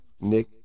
Nick